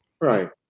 Right